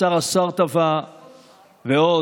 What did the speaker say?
מבצר סרטבה ועוד.